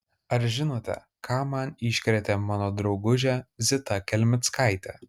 ar žinote ką man iškrėtė mano draugužė zita kelmickaitė